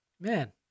Man